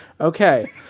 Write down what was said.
okay